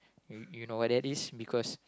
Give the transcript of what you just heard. you you know what that is because